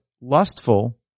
lustful